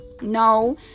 No